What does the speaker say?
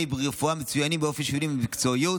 רפואה מצוינים באופן שוויוני ובמקצועיות,